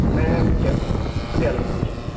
ਮੈਂ ਪਟਿਆ ਪਟਿਆਲੇ ਦੇ ਵਿੱਚ ਹਾਂ ਜੀ